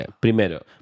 primero